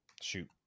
Shoot